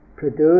produce